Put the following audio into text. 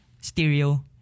stereo